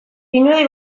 pinudi